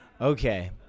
Okay